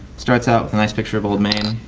starts out with a nice picture of old main.